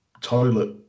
toilet